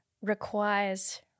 requires